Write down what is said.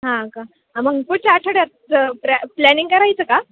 हां का आ मग पुढच्या आठवड्यात प्र प्लॅनिंग करायचं का